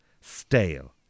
stale